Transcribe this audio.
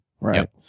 right